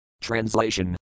Translation